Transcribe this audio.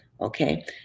okay